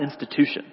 institution